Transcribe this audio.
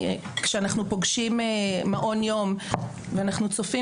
כשאנחנו פוגשים מעון יום ואנחנו צופים